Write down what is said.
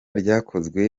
ryakozwe